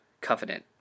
Covenant